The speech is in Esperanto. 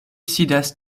sidas